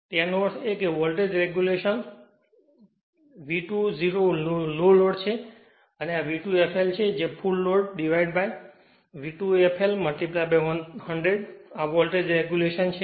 એનો અર્થ એ કેવોલ્ટેજ રેગ્યુલેશન આ V2 0 લો લોડ છે અને આ V2 fl છે ફુલ લોડ dividedV2 fl 100 આ વોલ્ટેજ રેગ્યુલેશન છે